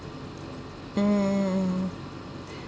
um